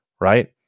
right